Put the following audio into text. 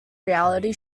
reality